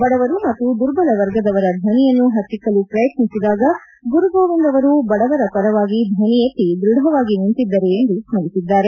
ಬಡವರು ಮತ್ತು ದುರ್ಬಲವರ್ಗದವರ ಧ್ವನಿಯನ್ನು ಪತ್ತಿಕ್ಕಲು ಪ್ರಯತ್ನಿಸಿದಾಗ ಗುರುಗೋವಿಂದ್ ಅವರು ಬಡವರ ಪರವಾಗಿ ಧ್ವನಿ ಎತ್ತಿ ಧೃಡವಾಗಿ ನಿಂತಿದ್ದರು ಎಂದು ಸ್ಥರಿಸಿದ್ದಾರೆ